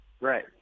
Right